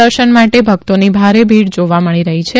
દર્શન માટે ભકતોની ભારે ભીડ જાવા મળી રહી છે